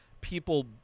people